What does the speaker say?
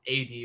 ad